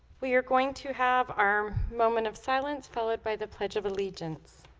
we are going to have our moment of silence followed by the pledge of allegiance